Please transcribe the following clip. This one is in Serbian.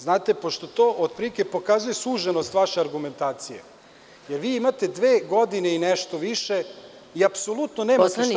Znate, pošto to otprilike pokazuje suženost vaše argumentacije, jer vi imate dve godine i nešto više i apsolutno nemate šta da kažete…